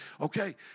Okay